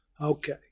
Okay